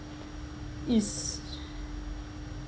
is